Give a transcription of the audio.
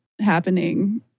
happening